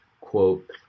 quote